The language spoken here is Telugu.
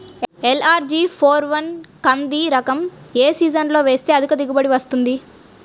ఎల్.అర్.జి ఫోర్ వన్ కంది రకం ఏ సీజన్లో వేస్తె అధిక దిగుబడి వస్తుంది?